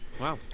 Wow